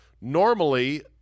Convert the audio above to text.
Normally